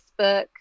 Facebook